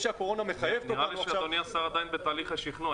נראה לי שאדוני השר בתהליך השכנוע.